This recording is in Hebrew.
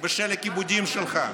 ושל הכיבודים שלך.